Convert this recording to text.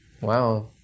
Wow